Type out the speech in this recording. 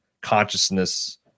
consciousness